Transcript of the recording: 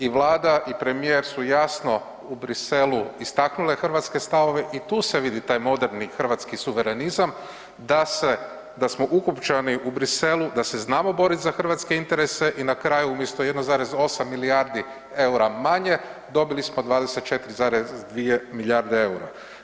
I Vlada i premijer su jasno u Bruxellesu istaknule hrvatske stavove i tu se vidi taj moderni hrvatski suverenizam, da smo ukopčani u Bruxellesu, da se znamo boriti za hrvatske interese i na kraju umjesto 1,8 milijardi eura manjem, dobili smo 24,2 milijarde eura.